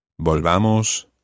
Volvamos